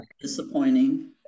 disappointing